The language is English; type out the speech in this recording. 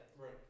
Right